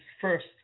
first